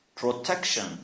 Protection